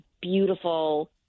beautiful